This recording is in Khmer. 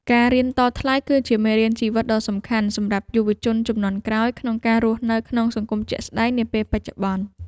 ការរៀនតថ្លៃ គឺជាមេរៀនជីវិតដ៏សំខាន់សម្រាប់យុវជនជំនាន់ក្រោយក្នុងការរស់នៅក្នុងសង្គមជាក់ស្ដែងនាពេលបច្ចុប្បន្ន។